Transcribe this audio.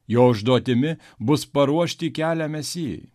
jo užduotimi bus paruošti kelią mesijui